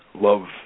love